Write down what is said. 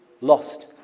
lost